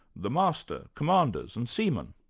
the master, commanders, and seamen.